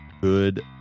Good